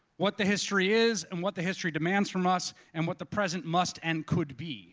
what the history is, and what the history demands from us, and what the present must and could be